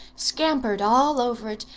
scampered all over it,